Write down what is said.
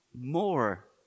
more